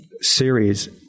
series